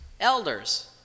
elders